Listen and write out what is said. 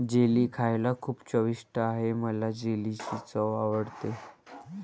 jelly खायला खूप चविष्ट आहे मला जेलीची चव आवडते